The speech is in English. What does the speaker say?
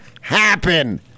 happen